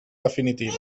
definitiva